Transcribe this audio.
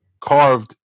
carved